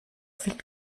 viel